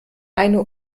eine